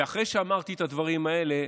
ואחרי שאמרתי את הדברים האלה,